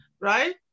right